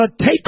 take